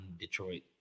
Detroit